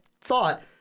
thought